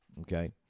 okay